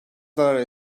zarar